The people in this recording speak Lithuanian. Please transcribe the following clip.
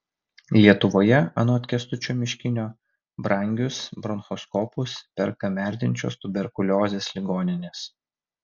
lietuvoje anot kęstučio miškinio brangius bronchoskopus perka merdinčios tuberkuliozės ligoninės